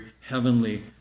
heavenly